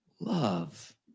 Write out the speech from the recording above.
love